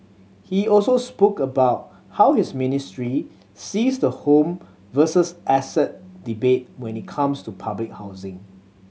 he also spoke about how his ministry sees the home versus asset debate when it comes to public housing